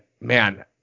man